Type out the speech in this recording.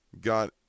Got